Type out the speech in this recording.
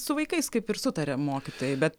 su vaikais kaip ir sutaria mokytojai bet